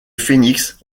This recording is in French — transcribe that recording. phénix